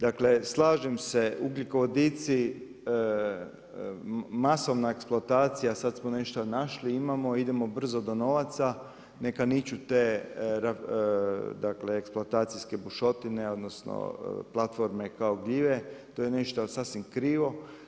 Dakle, slažem se ugljikovodici masovna eksploatacija, sada smo nešto našli imamo, idemo brzo do novaca neka niču te eksploatacijske bušotine odnosno platforme kao gljive, to je nešto sasvim krivo.